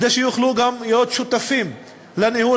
כדי שיוכלו גם להיות שותפים לניהול